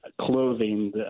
clothing